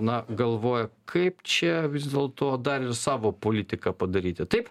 na galvoja kaip čia vis dėlto dar ir savo politiką padaryti taip